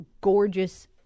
gorgeous